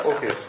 Okay